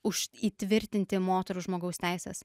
už įtvirtinti moterų žmogaus teises